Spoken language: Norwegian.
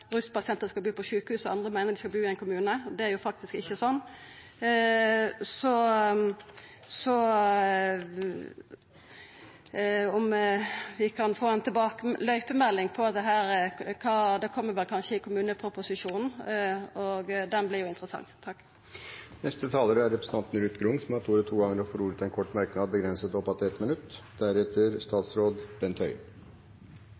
skal bu på sjukehus og andre at dei skal bu i ein kommune. Det er faktisk ikkje slik. Så det hadde vore fint om vi kunne få ei «løypemelding» om dette . Det kjem vel kanskje i kommuneproposisjonen – den vert interessant. Representanten Ruth Grung har hatt ordet to ganger og får ordet til en kort merknad, begrenset til 1 minutt.